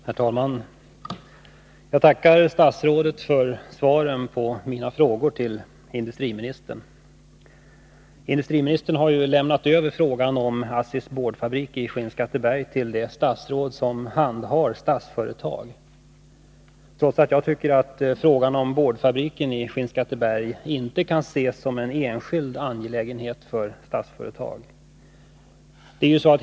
Herr talman! Jag tackar statsrådet för svaren på mina frågor till industriministern. Industriministern har lämnat över frågan om ASSI:S boardfabrik i Skinnskatteberg till det statsråd som handhar Statsföretag. Jag tycker emellertid att frågan om boardfabriken i Skinnskatteberg inte kan anses som enskild angelägenhet för Statsföretag.